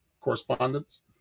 correspondence